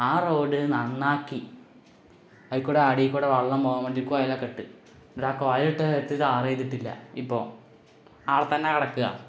ആ റോഡ് നന്നാക്കി അതില്കൂടെ അടികൂടേ വെള്ളം പോകാൻ വേണ്ടി കുഴലൊക്കെയിട്ട് എന്നിട്ടാണ് കുഴലിട്ടിടത്ത് ടാറ് ചെയ്തിട്ടില്ല ഇപ്പോള് അവിടെ തന്നെ കിടക്കുകയാണ്